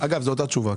אגב זו אותה תשובה.